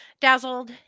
dazzled